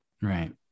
Right